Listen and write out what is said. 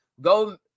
go